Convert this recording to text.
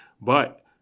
But-